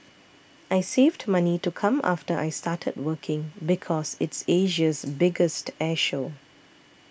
I saved money to come after I started working because it's Asia's biggest air show